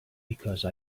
because